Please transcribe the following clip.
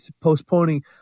postponing